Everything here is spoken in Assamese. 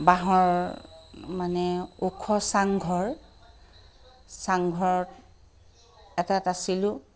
বাঁহৰ মানে ওখ চাংঘৰ চাংঘৰ এটাত আছিলোঁ